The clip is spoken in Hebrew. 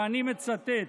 ואני מצטט,